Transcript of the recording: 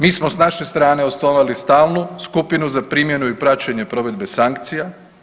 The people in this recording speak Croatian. Mi smo s naše strane osnovali stalnu skupinu za primjenu i praćenje provedbe sankcija.